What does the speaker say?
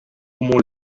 como